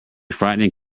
frightening